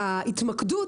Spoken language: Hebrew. ההתמקדות,